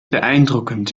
beeindruckend